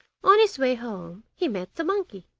on his way home he met the monkey.